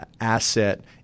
asset